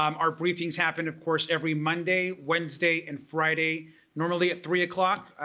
um our briefings happen of course every monday, wednesday, and friday normally at three o'clock.